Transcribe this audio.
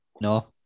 no